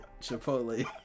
Chipotle